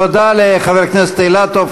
תודה לחבר הכנסת אילטוב.